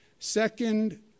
Second